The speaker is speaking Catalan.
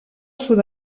sud